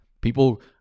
People